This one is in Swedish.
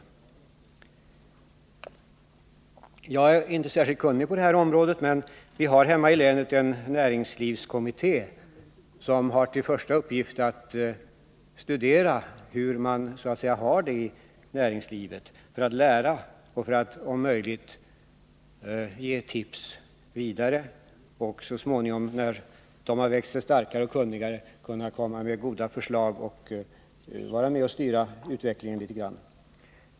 I Jag är inte särskilt kunnig på det här området, men vi har hemma i länet en 133 näringslivskommitté, som har till första uppgift att studera hur man har det i näringslivet för att lära och för att om möjligt ge tips vidare. Så småningom, när man har vuxit sig starkare och kunnigare, skall man också kunna komma med goda förslag och vara med och styra utvecklingen litet grand.